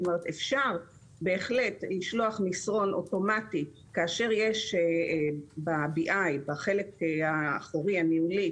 אפשר בהחלט לשלוח מסרון אוטומטי כאשר יש בחלק האחורי הניהולי